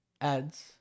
Ads